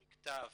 המכתב,